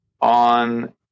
on